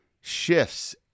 shifts